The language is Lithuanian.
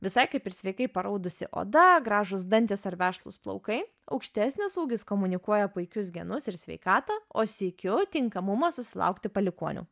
visai kaip ir sveikai paraudusi oda gražūs dantys ar vešlūs plaukai aukštesnis ūgis komunikuoja puikius genus ir sveikatą o sykiu tinkamumą susilaukti palikuonių